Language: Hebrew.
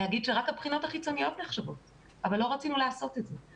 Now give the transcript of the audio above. להגיד שרק הבחינות החיצוניות נחשבות אבל לא רצינו לעשות את זה.